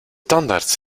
tandarts